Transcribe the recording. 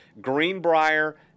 Greenbrier